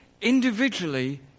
individually